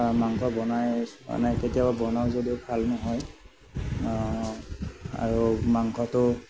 মাংস বনাই মানে কেতিয়াবা বনাওঁ যদিও ভাল নহয় আৰু মাংসটো